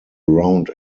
round